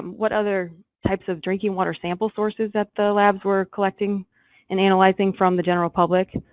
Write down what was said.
what other types of drinking water sample sources that the labs were collecting and analyzing from the general public?